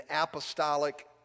apostolic